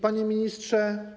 Panie Ministrze!